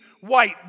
white